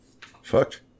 Fucked